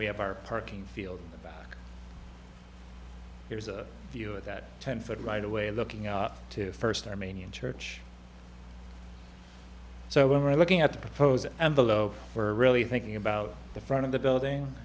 we have our parking field in the back there's a view of that ten foot right away looking out to first armenian church so we were looking at the proposal and below for really thinking about the front of the building